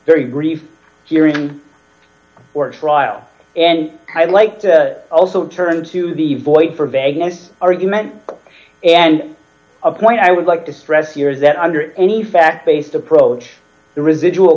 ry brief hearing or trial and i'd like to also turn to the void for vagueness argument and a point i would like to stress years that under any fact based approach the residual